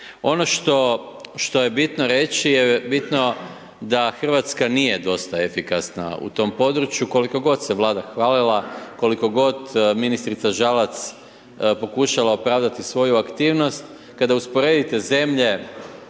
Ono što je bitno reći je bitno, da Hrvatska nije dosta efikasna u tom području, koliko god se Vlada hvalila, koliko god ministrica Žalac pokušava opravdati svoju aktivnost. Kada usporedite zemlje